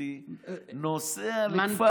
פקידותי שנוסע לכפר,